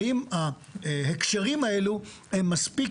האם ההקשרים האלו הם מספיק,